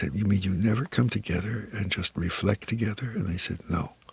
you mean you never come together and just reflect together? and they said no.